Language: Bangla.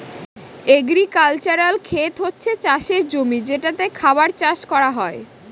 এগ্রিক্যালচারাল খেত হচ্ছে চাষের জমি যেটাতে খাবার চাষ করা হয়